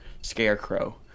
Scarecrow